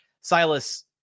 Silas